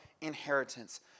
inheritance